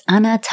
Anna